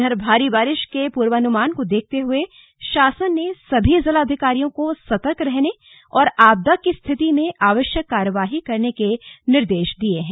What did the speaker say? इधर भारी बारिश के पूर्वानुमान को देखते हुए शासन ने सभी जिलाधिकारियों को सतर्क रहने और आपदा की स्थिति में आवश्यक कार्यवाही करने के निर्देश दिए हैं